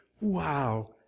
wow